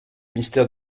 mystère